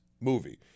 movie